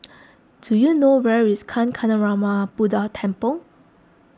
do you know where is Kancanarama Buddha Temple